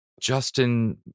Justin